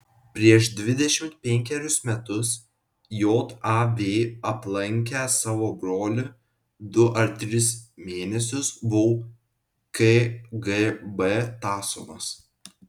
prieš dvidešimt penkerius metus jav aplankęs savo brolį du ar tris mėnesius buvau kgb tąsomas